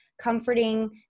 comforting